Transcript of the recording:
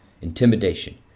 intimidation